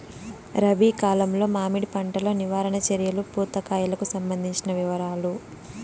రబి కాలంలో మామిడి పంట లో నివారణ చర్యలు పూత కాయలకు సంబంధించిన వివరాలు?